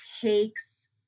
takes